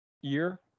year